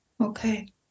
Okay